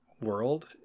world